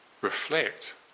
reflect